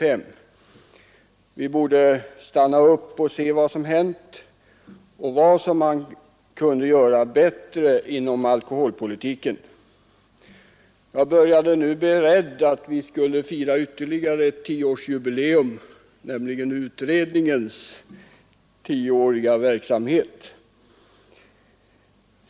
Jag menade att vi borde stanna upp och se vad som hänt och undersöka vad som kunde förbättras inom alkoholpolitiken. Jag började nu bli rädd för att vi skulle få fira ytterligare ett tioårsjubileeum, nämligen utredningens tioåriga verksamhet.